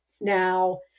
now